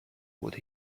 would